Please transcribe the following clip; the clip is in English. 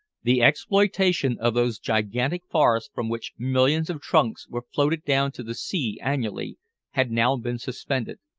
the exploitation of those gigantic forests from which millions of trunks were floated down to the sea annually had now been suspended,